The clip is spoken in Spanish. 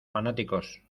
fanáticos